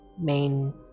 main